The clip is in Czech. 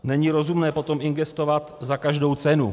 Není rozumné potom investovat za každou cenu.